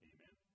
Amen